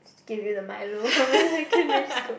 still with the milo from where secondary school